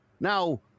now